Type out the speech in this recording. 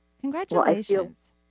Congratulations